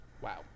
Wow